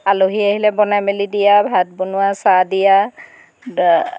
আলহী আহিলে বনাই মেলি দিয়া ভাত বনোৱা চাহ দিয়া